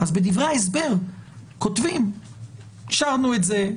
אז בדברי ההסבר כותבים שאישרתם את זה,